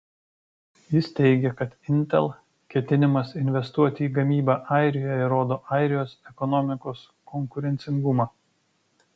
jis teigė kad intel ketinimas investuoti į gamybą airijoje rodo airijos ekonomikos konkurencingumą